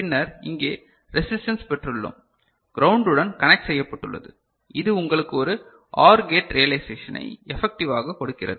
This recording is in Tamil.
பின்னர் இங்கே ரெசிஸ்டன்ஸ் பெற்றுள்ளோம் கிரௌண்டுடன் கனெக்ட் செய்யப்பட்டுள்ளது இது உங்களுக்கு ஒரு OR கேட் ரியலைசெஷனை எபக்டிவாக கொடுக்கிறது